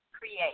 create